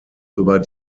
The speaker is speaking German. über